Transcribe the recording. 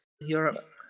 Europe